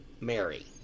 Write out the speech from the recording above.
Mary